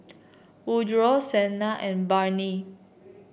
Woodroe Shenna and Barney